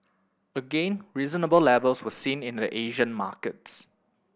again reasonable levels were seen in the Asian markets